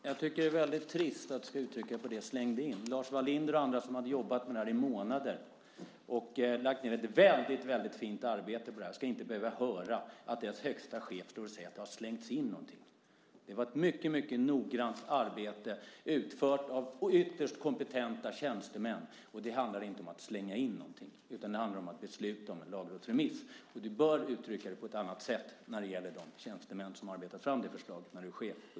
Herr talman! Det är trist att du använder uttrycket "slängde in". Lars Wallinder och andra som har jobbat med detta i månader och lagt in ett fint arbete i detta ska inte behöva höra deras högsta chef säga att något har slängts in. Det var ett mycket noggrant arbete utfört av ytterst kompetenta tjänstemän. Det handlar inte om att slänga in något utan det handlar om att besluta om en lagrådsremiss. Du bör uttrycka dig på ett annat sätt när det gäller de tjänstemän som har arbetat fram förslaget på Justitiedepartementet.